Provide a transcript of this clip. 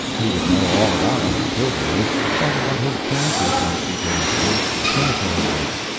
he would know all about uncle tilbury and what his chances might be getting to be, cemeterywards.